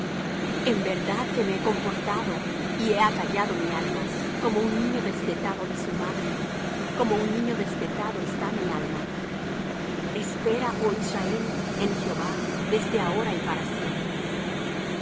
en verdad que me he comportado y he acallado mi alma como un niño destetado de su madre como un niño destetado está mi alma espera oh israel en jehová desde ahora y para siempre